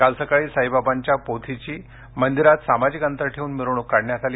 काल सकाळी साईबाबांच्या पोथीची मंदिरात सामाजिक अंतर ठेवून मिरवणूक काढण्यात आली